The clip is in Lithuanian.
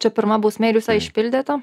čia pirma bausmė ir jūs ją išpildytėte